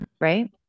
right